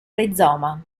rizoma